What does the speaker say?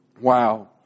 Wow